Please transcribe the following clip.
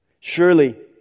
Surely